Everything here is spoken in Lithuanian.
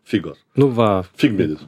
figos nu va figmedis